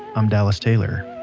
i'm dallas taylor